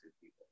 people